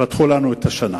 פתחו לנו את השנה.